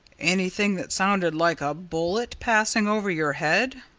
anything that sounded like a bullet passing over your head?